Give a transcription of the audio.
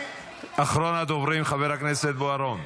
אחרון הדוברים, חבר הכנסת בוארון.